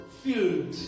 field